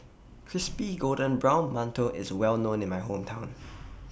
Crispy Golden Brown mantou IS Well known in My Hometown